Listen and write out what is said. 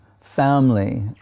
family